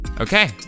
Okay